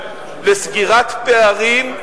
לסגירת פערים,